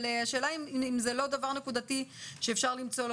אבל השאלה אם זה לא דבר נקודתי שאפשר למצוא לו